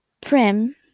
Prim